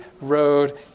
road